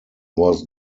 was